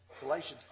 Galatians